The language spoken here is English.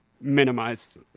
minimize